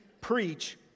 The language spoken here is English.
preach